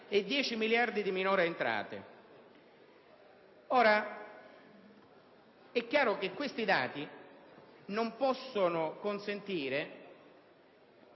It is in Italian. e 10 miliardi di minori entrate. Ora, è chiaro che questi dati non possono consentire